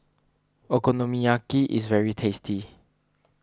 Okonomiyaki is very tasty